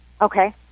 Okay